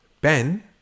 Ben